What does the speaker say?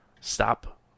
stop